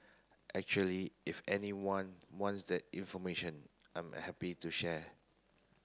actually if anyone wants that information I'm happy to share